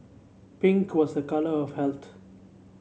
pink was a colour of health